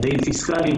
מדעים פיסקליים,